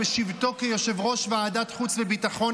בשבתו כיושב-ראש ועדת חוץ וביטחון,